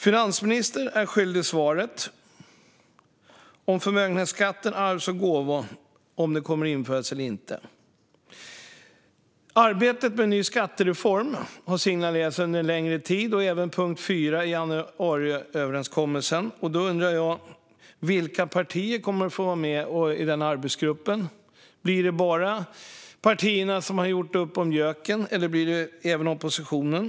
Finansministern är svaret skyldig när det gäller om förmögenhetsskatten och arvs och gåvoskatten kommer att införas eller inte. Arbetet med en ny skattereform har signalerats under en längre tid. Det gäller även punkt 4 i januariöverenskommelsen. Jag undrar: Vilka partier kommer att få vara med i denna arbetsgrupp? Blir det bara partierna som har gjort upp om JÖK:en, eller blir det även oppositionen?